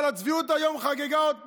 אבל הצביעות היום חגגה עוד פעם,